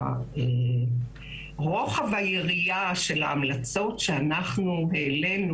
שרוחב היריעה של ההמלצות שאנחנו העלינו,